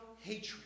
hatred